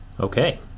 Okay